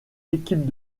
équipes